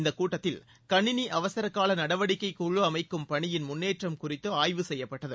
இந்தக் கூட்டத்தில் கணினி அவசரக்கால நடவடிக்கை குழு அமைக்கும் பணியின் முன்னேற்றம் குறித்து ஆய்வு செய்யப்பட்டது